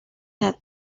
had